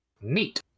Neat